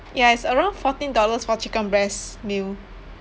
ya it's around fourteen dollars for chicken breast meal